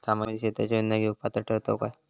सामाजिक क्षेत्राच्या योजना घेवुक पात्र ठरतव काय?